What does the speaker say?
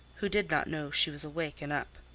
who did not know she was awake and up.